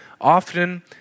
Often